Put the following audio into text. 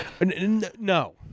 no